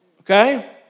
okay